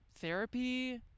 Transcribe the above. therapy